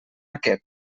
aquest